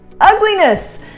ugliness